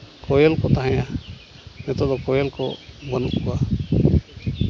ᱠᱚᱭᱮᱞ ᱠᱚ ᱛᱟᱦᱮᱸᱜᱼᱟ ᱱᱤᱛᱚᱜ ᱫᱚ ᱠᱳᱭᱮᱞ ᱠᱚ ᱵᱟᱹᱱᱩᱜ ᱠᱚᱣᱟ